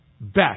best